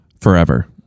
Forever